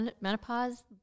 menopause